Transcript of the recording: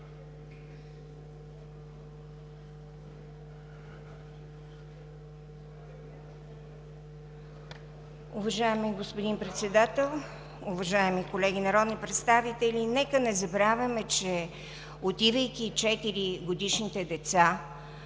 Уважаеми господин Председател, уважаеми колеги народни представители! Нека не забравяме, че отивайки 4-годишните деца